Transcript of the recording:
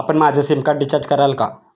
आपण माझं SIM card recharge कराल का?